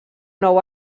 nou